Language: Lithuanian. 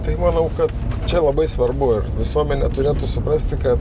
tai manau kad čia labai svarbu ir visuomenė turėtų suprasti kad